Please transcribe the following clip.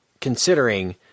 considering